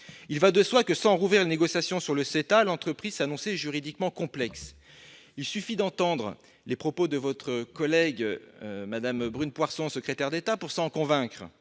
Il va de soi que, sans rouvrir les négociations sur le CETA, l'entreprise s'annonçait juridiquement complexe. Il suffisait d'entendre les propos de votre collègue Brune Poirson, secrétaire d'État, pour s'en convaincre